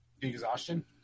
Exhaustion